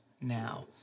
now